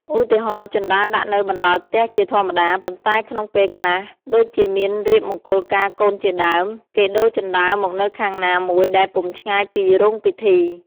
ឧទាហរណ៍ ជណ្តើរដាក់នៅបណ្តោយផ្ទះជាធម្មតា ប៉ុនែ្តក្នុងពេលខ្លះ ដូចជាមានរៀបមង្គលការកូនជាដើម គេដូរជណ្ដើរមកនៅខាងណាមួយដែលពុំឆ្ងាយពីរោងពិធី។